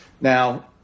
Now